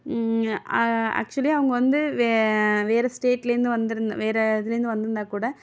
actually அவங்க வந்து வே வேறு ஸ்டேட்லேந்து வந்துருந் வேறு இதுலேந்து வந்துருந்தால்கூட